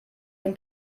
den